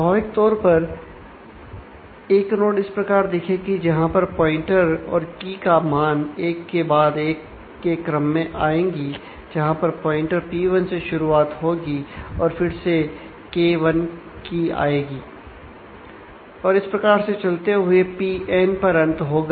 स्वाभाविक तौर पर एक नोड इस प्रकार दिखेंगी जहां पर प्वाइंटर पर अंत होगा